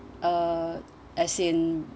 uh as in